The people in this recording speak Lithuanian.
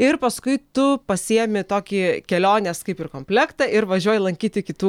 ir paskui tu pasiėmi tokį kelionės kaip ir komplektą ir važiuoji lankyti kitų